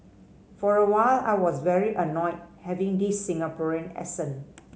for a while I was very annoyed having this Singaporean accent